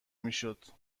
میشد